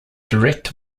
direct